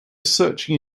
searching